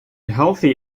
healthy